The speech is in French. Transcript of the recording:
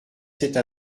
cette